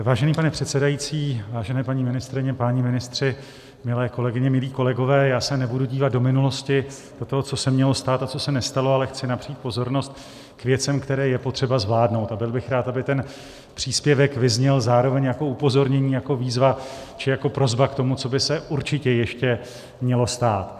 Vážený pane předsedající, vážené paní ministryně, páni ministři, milé kolegyně, milí kolegové, já se nebudu dívat do minulosti, do toho, co se mělo stát a co se nestalo, ale chci napřít pozornost k věcem, které je potřeba zvládnout, a byl bych rád, aby ten příspěvek vyzněl zároveň jako upozornění, jako výzva či jako prosba k tomu, co by se určitě ještě mělo stát.